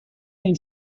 این